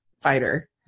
fighter